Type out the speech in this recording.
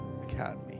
academy